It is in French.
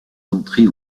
l’entrée